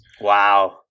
Wow